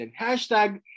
hashtag